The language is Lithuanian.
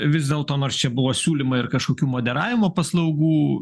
vis dėlto nors čia buvo siūlymai ir kažkokių moderavimo paslaugų